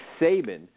Saban